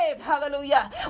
hallelujah